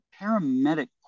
paramedic